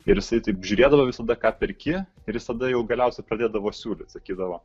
ir jisai taip žiūrėdavo visada ką perki ir jis tada jau galiausiai pradėdavo siūlyt sakydavo